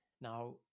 Now